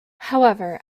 however